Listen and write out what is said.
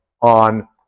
on